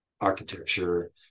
architecture